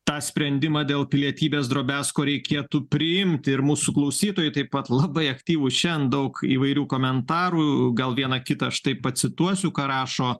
tą sprendimą dėl pilietybės drobesko reikėtų priimti ir mūsų klausytojai taip pat labai aktyvūs šen daug įvairių komentarų gal vieną kitą štai pacituosiu ką rašo